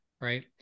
right